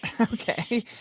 okay